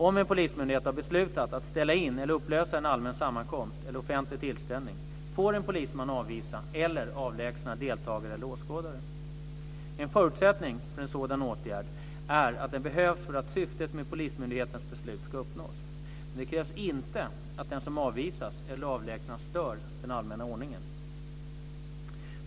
Om en polismyndighet har beslutat att ställa in eller upplösa en allmän sammankomst eller offentlig tillställning, får en polisman avvisa eller avlägsna deltagare eller åskådare. En förutsättning för en sådan åtgärd är att den behövs för att syftet med polismyndighetens beslut ska uppnås. Men det krävs inte att den som avvisas eller avlägsnas stör den allmänna ordningen.